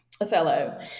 Othello